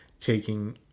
taking